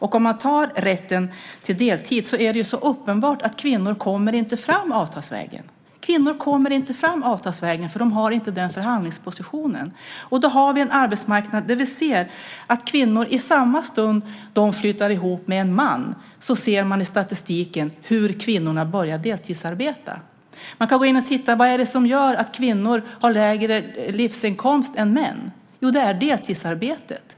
När det gäller rätten till heltid är det ju så uppenbart att kvinnor inte kommer fram avtalsvägen. De har inte den förhandlingspositionen. Vi har en arbetsmarknad där vi, i samma stund som kvinnor flyttar ihop med en man, kan se i statistiken hur kvinnorna börjar deltidsarbeta. Man kan titta på vad det är som gör att kvinnor har lägre livsinkomst än män. Jo, det är deltidsarbetet.